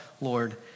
Lord